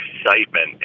excitement